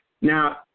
Now